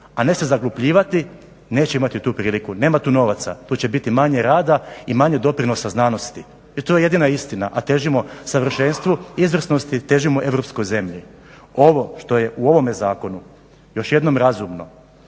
a ne se zaglupljivati neće imati tu priliku. Nema tu novaca, tu će biti manje rada i manje doprinosa znanosti i to je jedina istina, a težimo savršenstvu, izvrsnosti, težimo europskoj zemlji. Ovo što je u ovome zakonu, još jednom razumno,